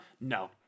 No